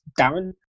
darren